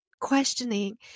questioning